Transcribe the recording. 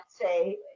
say